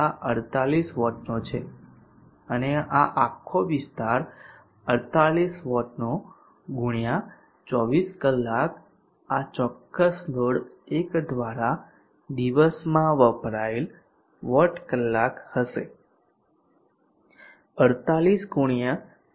તેથી આ 48 વોટનો છે અને આ આખો વિસ્તાર 48 વોટનો x 24 કલાક આ ચોક્કસ લોડ 1 દ્વારા દિવસમાં વપરાયેલ વોટ કલાક હશે 48 x 24 કલાક